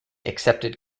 accepted